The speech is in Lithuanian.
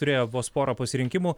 turėjo vos porą pasirinkimų